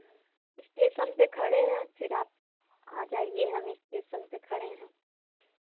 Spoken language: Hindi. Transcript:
स्टेशन पर खड़े हैं फिर आप आ जाइए हम स्टेशन पर खड़े हैं